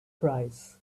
price